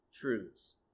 truths